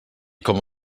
com